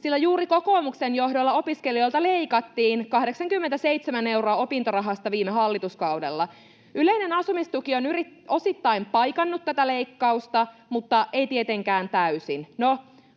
sillä juuri kokoomuksen johdolla opiskelijoilta leikattiin 87 euroa opintorahasta viime hallituskaudella. Yleinen asumistuki on osittain paikannut tätä leikkausta mutta ei tietenkään täysin.